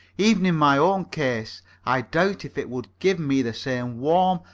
even in my own case i doubt if it would give me the same warm,